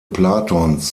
platons